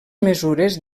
mesures